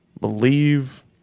Believe